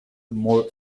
more